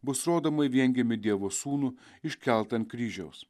bus rodoma į viengimį dievo sūnų iškeltą ant kryžiaus